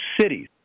cities